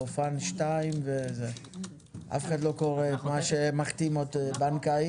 גופן 2. אף אחד לא קורא מה שמחתימה הבנקאית.